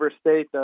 State